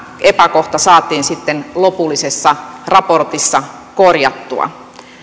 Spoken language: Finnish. epäkohta saatiin sitten lopullisessa raportissa korjattua